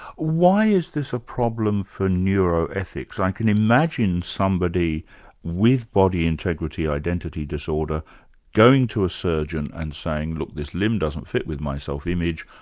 why is this a problem for neuroethics? i can imagine somebody with body integrity identity disorder going to a surgeon and saying, look, this limb doesn't fit with my self-image,